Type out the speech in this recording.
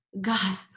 God